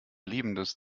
lebendes